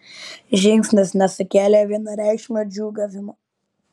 žingsnis nesukėlė vienareikšmio džiūgavimo